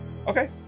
Okay